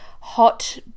hot